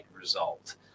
result